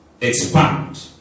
expand